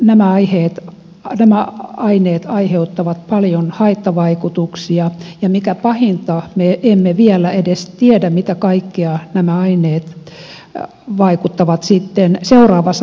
selonteon mukaan näillä aineilla on paljon haittavaikutuksia ja mikä pahinta me emme vielä edes tiedä mitä kaikkea nämä aineet aiheuttavat seuraavassa sukupolvessa